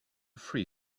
free